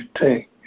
take